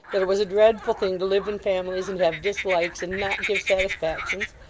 that it was a dreadful thing to live in families and have dislikes, and not give satisfactions.